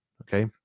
okay